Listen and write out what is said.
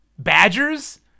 badgers